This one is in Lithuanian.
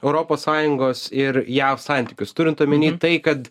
europos sąjungos ir jav santykius turint omeny tai kad